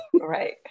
Right